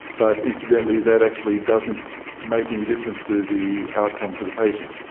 but incidentally that actually doesn't make any difference to the outcomes for the patient.